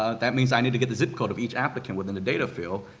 ah that means any to get the zip code of each applicant within the data field.